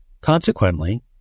Consequently